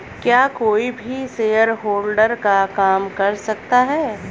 क्या कोई भी शेयरहोल्डर का काम कर सकता है?